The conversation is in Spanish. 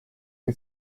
que